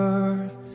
earth